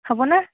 হ'ব না